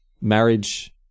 marriage